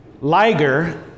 liger